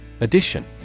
Addition